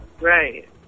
right